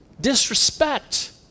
disrespect